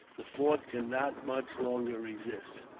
the fort could not much longer resist.